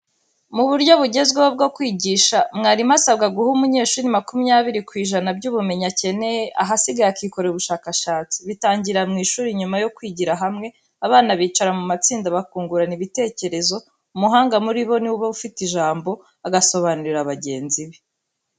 Mu buryo bugezweho bwo kwigisha, mwarimu asabwa guha umunyeshuri makumyabiri ku ijana by'ubumenyi akeneye, ahasigaye akikorera ubushakashatsi. Bitangirira mu ishuri, nyuma yo kwigira hamwe, abana bicara mu matsinda bakungurana ibitekerezo, umuhanga muri bo ni we uba afite ijambo, agasobanurira bagenzi be.